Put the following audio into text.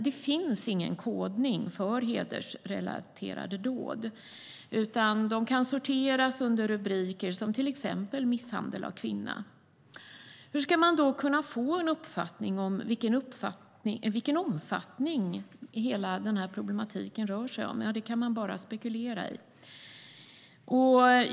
Det finns dock ingen kodning för hedersrelaterade dåd, utan de sorteras under rubriker som till exempel Misshandel av kvinna. Hur ska man då kunna få en uppfattning om problematikens omfattning? Ja, det kan man bara spekulera i.